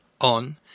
on